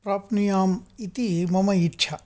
प्राप्नुयाम् इति मम इच्छा